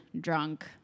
drunk